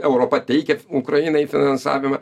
europa teikia ukrainai finansavimą